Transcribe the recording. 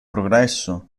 progresso